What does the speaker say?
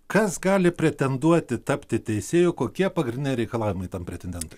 kas gali pretenduoti tapti teisėju kokie pagrindiniai reikalavimai tam pretendentui